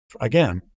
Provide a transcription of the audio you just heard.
again